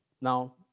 Now